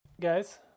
guys